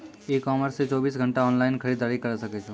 ई commerce से चौबीस घंटा ऑनलाइन खरीदारी करी सकै छो